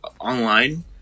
online